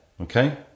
Okay